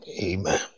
Amen